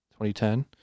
2010